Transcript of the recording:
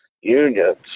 unions